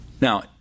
Now